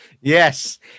Yes